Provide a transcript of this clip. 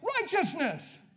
Righteousness